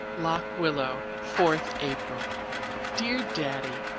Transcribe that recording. lock willow, fourth april dear daddy,